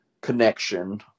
connection